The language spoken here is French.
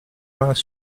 mains